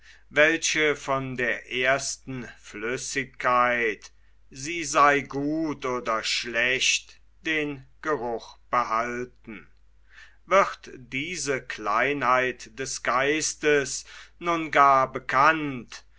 welche von der ersten flüssigkeit sie sei gut oder schlecht den geruch behalten wird diese kleinheit des geistes nun gar bekannt